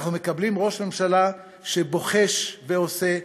אנחנו מקבלים ראש ממשלה שבוחש ועושה,